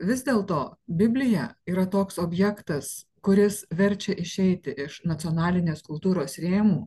vis dėlto biblija yra toks objektas kuris verčia išeiti iš nacionalinės kultūros rėmų